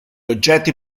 oggetti